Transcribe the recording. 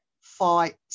fight